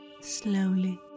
slowly